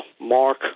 Mark